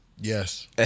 Yes